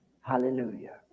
Hallelujah